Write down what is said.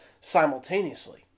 simultaneously